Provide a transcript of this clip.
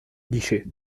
guichets